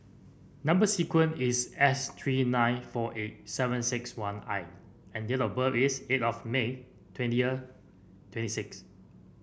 number sequence is S three nine four eight seven six one I and date of birth is eight of May twenty twenty six